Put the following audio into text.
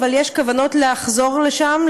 אבל יש כוונות לחזור לשם,